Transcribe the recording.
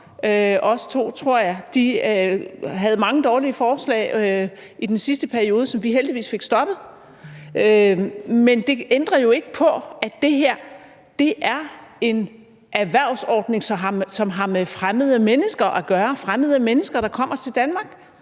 De havde mange dårlige forslag i den sidste periode, som vi heldigvis fik stoppet. Men det ændrer jo ikke på, at det her er en erhvervsordning, som har med fremmede mennesker at gøre, fremmede mennesker, der kommer til Danmark,